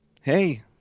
hey